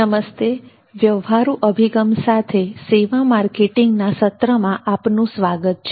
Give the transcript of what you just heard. નમસ્તે વ્યવહારુ અભિગમ સાથે સેવા માર્કેટિંગના સત્રમાં આપનું સ્વાગત છે